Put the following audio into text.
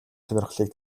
сонирхлыг